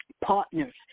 partner's